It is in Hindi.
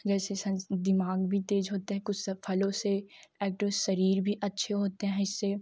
जैसे दिमाग भी तेज़ होते हैं कुछ सब फलों से एक्टिव शरीर भी अच्छे होते हैं इससे